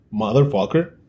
motherfucker